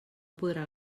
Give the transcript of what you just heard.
podrà